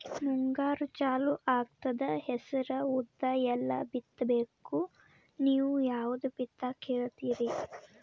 ಮುಂಗಾರು ಚಾಲು ಆಗ್ತದ ಹೆಸರ, ಉದ್ದ, ಎಳ್ಳ ಬಿತ್ತ ಬೇಕು ನೀವು ಯಾವದ ಬಿತ್ತಕ್ ಹೇಳತ್ತೀರಿ?